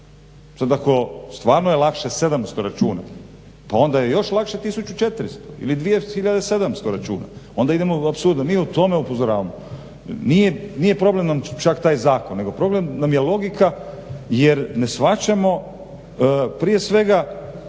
Sad ako stvarno je lakše 700 računa pa onda je još lakše 1400 ili 2700 računa. Onda idemo u apsurd. Mi o tome upozoravamo. Nije problem nam čak taj zakon nego problem nam je logika jer ne shvaćamo prije svega